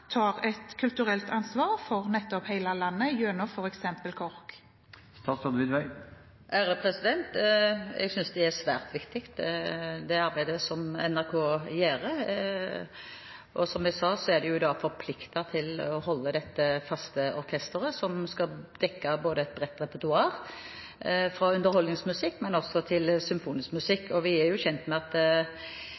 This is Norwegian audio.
tar et kulturelt ansvar for hele landet, gjennom f.eks. KORK? Jeg synes det arbeidet som NRK gjør, er svært viktig. Som jeg sa, er de forpliktet til å holde dette faste orkesteret, som skal dekke et bredt repertoar – fra underholdningsmusikk